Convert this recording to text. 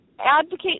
Advocate